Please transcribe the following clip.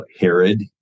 Herod